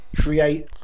create